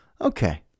Okay